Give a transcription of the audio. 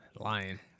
Lying